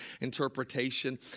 interpretation